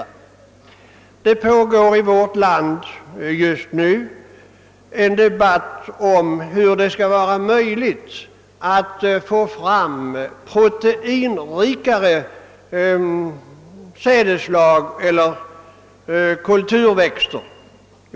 Det pågår i vårt land just nu en debatt om möjligheterna att få fram proteinrikare sädesslag eller kulturväxter.